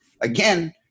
again